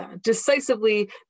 decisively